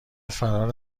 فرار